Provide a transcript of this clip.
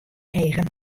eagen